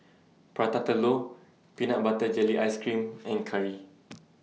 Prata Telur Peanut Butter Jelly Ice Cream and Curry